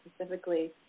specifically